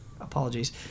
apologies